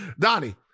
Donnie